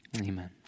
Amen